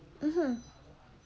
mmhmm